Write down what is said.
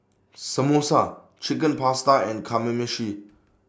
Samosa Chicken Pasta and Kamameshi